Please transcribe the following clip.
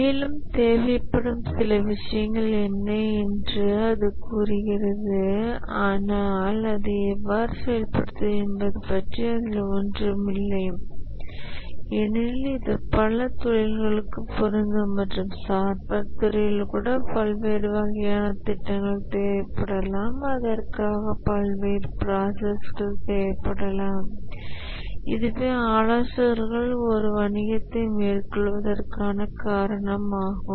மேலும் தேவைப்படும் சில விஷயங்கள் என்ன என்றும் அது கூறுகிறது ஆனால் அதை எவ்வாறு செயல்படுத்துவது என்பது பற்றி அதில் ஒன்றும் இல்லை ஏனெனில் இது பல தொழில்களுக்கு பொருந்தும் மற்றும் சாஃப்ட்வேர் துறையில் கூட பல்வேறு வகையான திட்டங்கள் தேவைப்படலாம் அதற்காக பல்வேறு ப்ராசஸ்கள் தேவைப்படலாம் இதுவே ஆலோசகர்கள் ஒரு வணிகத்தை மேற்கொள்வதற்கான காரணம் ஆகும்